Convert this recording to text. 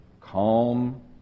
calm